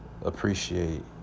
Appreciate